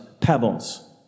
pebbles